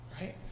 right